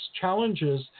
challenges